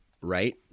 right